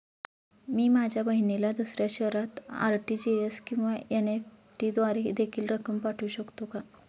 मी माझ्या बहिणीला दुसऱ्या शहरात आर.टी.जी.एस किंवा एन.इ.एफ.टी द्वारे देखील रक्कम पाठवू शकतो का?